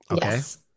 Yes